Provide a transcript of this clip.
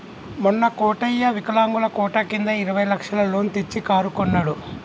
మొన్న కోటయ్య వికలాంగుల కోట కింద ఇరవై లక్షల లోన్ తెచ్చి కారు కొన్నడు